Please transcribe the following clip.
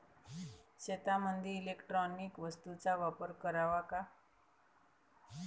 शेतीमंदी इलेक्ट्रॉनिक वस्तूचा वापर कराचा का?